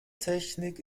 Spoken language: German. technik